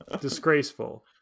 Disgraceful